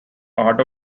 art